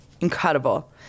incredible